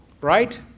Right